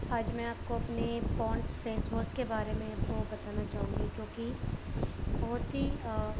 آج میں آپ کو اپنی پونس فیس واس کے بارے میں وہ بتانا چاہوں گی کیوں کہ بہت ہی